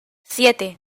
siete